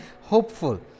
hopeful